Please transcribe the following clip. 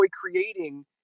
creating